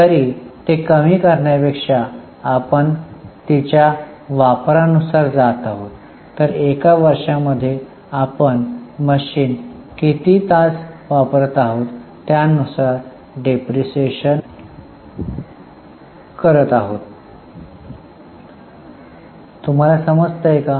तरी ते कमी करण्यापेक्षा आपण तिच्या वापरा नुसार जात आहोत तर एका वर्षामध्ये आपण मशीन किती तास वापरत आहोत त्यानुसार डिप्रीशीएशन मोजणी करत आहोत तुम्हाला समजते का